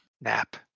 Nap